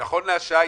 בני ברק היא עיר